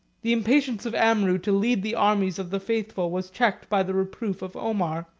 the impatience of amrou to lead the armies of the faithful was checked by the reproof of omar,